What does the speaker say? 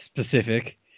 specific